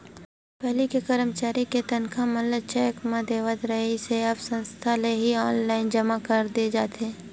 पहिली करमचारी के तनखा मन ल चेक म देवत रिहिस हे अब संस्था ले ही ऑनलाईन जमा कर दे जाथे